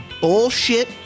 bullshit